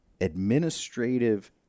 administrative